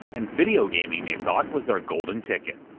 and video gaming, they thought, was their golden ticket.